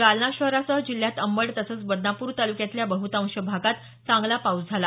जालना शहरासह जिल्ह्यात अंबड तसंच बदनापूर तालुक्यातल्या बहुतांश भागात चांगला पाऊस झाला